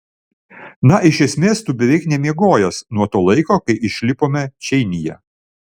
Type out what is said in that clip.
na iš esmės tu beveik nemiegojęs nuo to laiko kai išlipome čeinyje